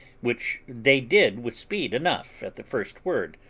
which they did with speed enough at the first word,